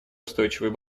устойчивый